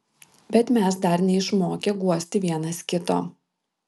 bet mes dar neišmokę guosti vienas kito